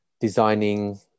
designing